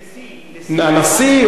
נשיא, נשיא.